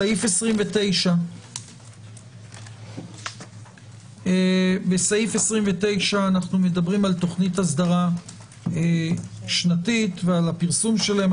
סעיף 29. בסעיף זה אנחנו מדברים על תוכנית אסדרה שנתית ועל הפרסום שלהם,